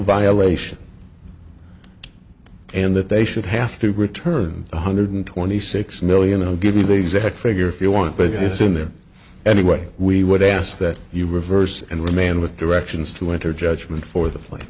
violation and that they should have to return one hundred twenty six million i'll give you the exact figure if you want but it's in there anyway we would ask that you reverse and remand with directions to enter judgment for the pla